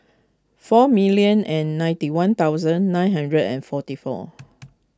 four million and ninety one thousand nine hundred and forty four